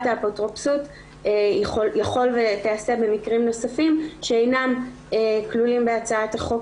האפוטרופסות יכול ותיעשה במקרים נוספים שאינם כלולים בהצעת החוק